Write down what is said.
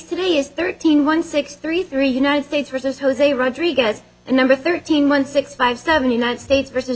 today is thirteen one six three three united states versus jose rodriguez number thirteen one six five seven united states versus